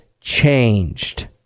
changed